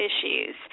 issues